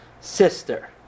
sister